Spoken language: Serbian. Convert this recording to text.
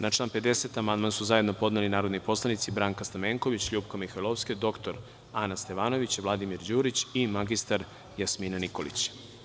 Na član 50. amandman su zajedno podneli narodni poslanici Branka Stamenković, LJupka Mihajlovska, dr Ana Stevanović, Vladimir Đurić i mr Jasmina Nikolić.